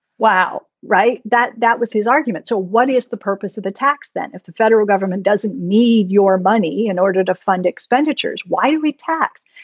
wow. right. that that was his argument, so what is the purpose of the tax then? if the federal government doesn't need your money in order to fund expenditures, why do we tax?